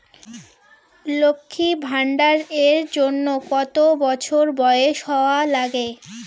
লক্ষী ভান্ডার এর জন্যে কতো বছর বয়স হওয়া লাগে?